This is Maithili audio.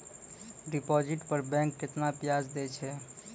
डिपॉजिट पर बैंक केतना ब्याज दै छै?